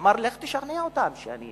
אמר: לך תשכנע אותם שאני